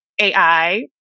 AI